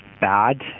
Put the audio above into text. bad